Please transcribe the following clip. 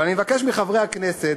אבל אני מבקש מחברי הכנסת,